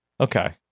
Okay